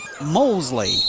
Mosley